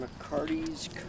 McCarty's